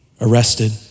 arrested